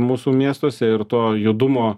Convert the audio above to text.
mūsų miestuose ir to judumo